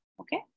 okay